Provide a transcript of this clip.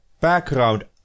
background